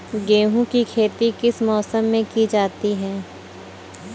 गेहूँ की खेती किस मौसम में की जाती है?